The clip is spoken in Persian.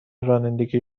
رانندگی